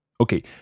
Okay